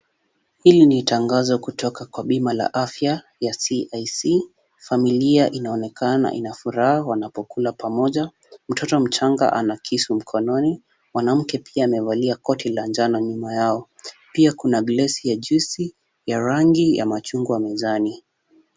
Hili ni tangazo kutoka kwa bima la afya ya CIC, familia inaonekana ina furaha wanapokula pamoja. Mtoto mchanga ana kisu mkononi, mwanamke pia amevalia koti la njano nyuma yao. Pia kuna glasi ya juisi ya rangi ya machungwa mezani.